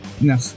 No